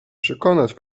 przekonać